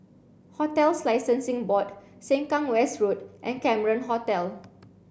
Hotels Licensing Board Sengkang West Road and Cameron Hotel